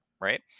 right